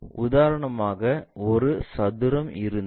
உதாரணமாக ஒரு சதுரம் இருந்தால்